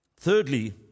Thirdly